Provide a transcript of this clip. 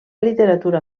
literatura